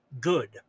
Good